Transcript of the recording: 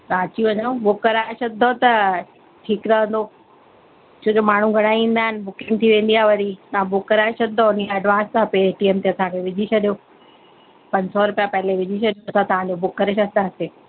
तव्हां अची वञो बुक कराए छॾदव त ठीकु रहंदो छो जो माण्हू घणा ईंदा आहिनि बुकिंग थी वेंदी आहे वरी तव्हां बुक कराए छॾदव उन लाइ एडवांस आहे पेटीएम ते असांखे विझी छॾियो पंज सौ रुपया पहले विझी छॾियो असां तव्हांजो बुक करे छॾंदासीं